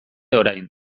orain